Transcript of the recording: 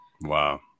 Wow